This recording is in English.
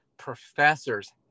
professors